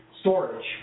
storage